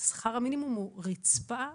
שכר המינימום הוא רצפה,